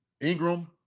Ingram